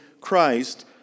Christ